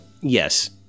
yes